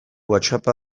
whatsapp